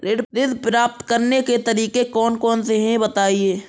ऋण प्राप्त करने के तरीके कौन कौन से हैं बताएँ?